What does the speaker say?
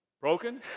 broken